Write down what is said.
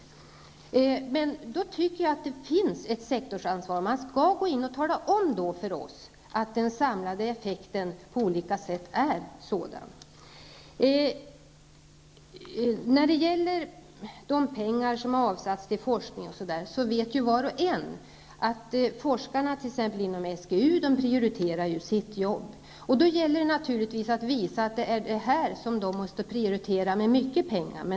Men det finns ett sektorsansvar. Man skall då gå in och tala om för regeringen att den samlade effekten på olika sätt är sådan att det behövs. När det gäller de pengar som har avsatts för forskning vet var och en att forskarna inom t.ex. SGU prioriterar sitt jobb. Och då gäller det naturligtvis för dem att visa att det är detta som de måste prioritera med mycket pengar.